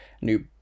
new